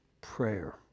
prayer